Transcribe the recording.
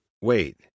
wait